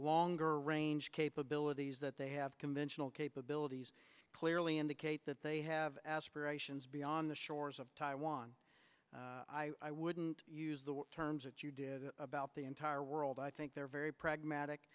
longer range capabilities that they have conventional capabilities clearly indicate that they have aspirations beyond the shores of taiwan i wouldn't use the terms at you did about the entire world i think they're very pragmatic